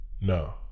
No